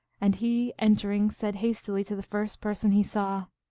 and he, en tering, said hastily to the first person he saw,